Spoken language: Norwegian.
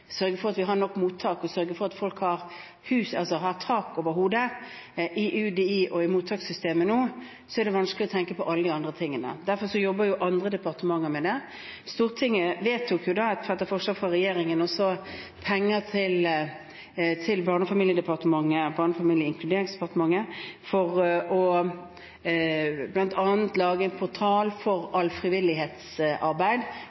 sørge for at vi har nok antall mottak, og sørge for at folk har tak over hodet – er det vanskelig å tenke på alle de andre tingene. Derfor jobber andre departementer med dette. Stortinget vedtok etter forslag fra regjeringen å bevilge penger til Barne-, likestillings- og inkluderingsdepartementet for bl.a. å lage en portal for alt frivillighetsarbeid